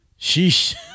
Sheesh